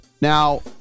Now